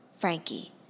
Frankie